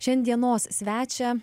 šiandienos svečią